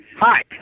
Hi